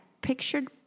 pictured